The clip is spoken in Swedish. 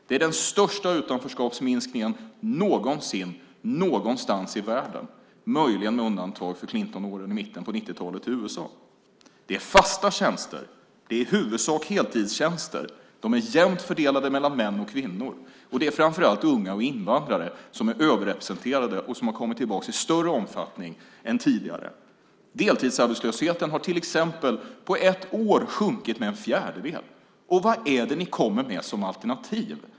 Det är den största utanförskapsminskningen någonsin någonstans i världen, möjligen med undantag för Clintonåren i mitten av 90-talet i USA. Det är fasta tjänster. Det är i huvudsak heltidstjänster. De är jämnt fördelade mellan män och kvinnor, och det är framför allt unga och invandrare som är överrepresenterade och som har kommit tillbaka i större omfattning än tidigare. Deltidsarbetslösheten har till exempel på ett år sjunkit med en fjärdedel. Och vad är det ni kommer med som alternativ?